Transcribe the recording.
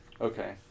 Okay